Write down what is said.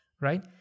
right